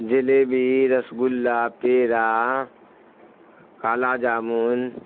jalebi rasgulla peda kala jamun